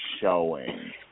showing